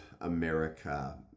America